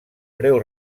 breu